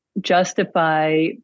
justify